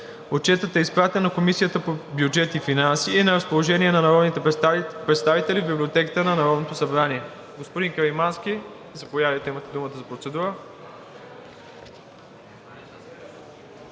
Отчетът е изпратен на Комисията по бюджет и финанси и е на разположение на народните представители в Библиотеката на Народното събрание. Господин Каримански, заповядайте, имате думата за процедура.